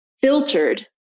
filtered